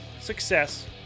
success